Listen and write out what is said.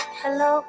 hello